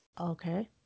Okay